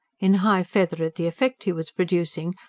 in high feather at the effect he was producing,